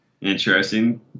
Interesting